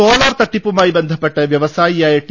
solar തട്ടിപ്പുമായി ബന്ധപ്പെട്ട് പൃവസായിയായ ടി